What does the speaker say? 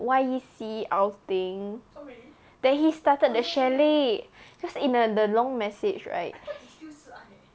Y_E_C outing that he started the chalet cause in the the long message right